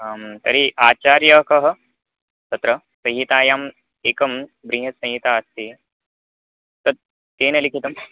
आं तर्हि आचार्य कः तत्र संहितायाम् एकं बृहत्संहिता अस्ति तत् केन लिखितम्